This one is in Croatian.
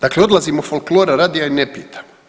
Dakle odlazimo folklora radi a i ne pitamo.